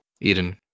Eden